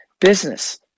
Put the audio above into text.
business